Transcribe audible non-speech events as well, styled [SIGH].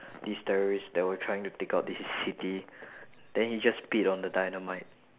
[BREATH] this terrorists that were trying to take out this city then he just peed on the dynamite